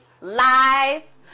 live